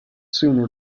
soon